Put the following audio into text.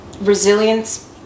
Resilience